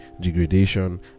degradation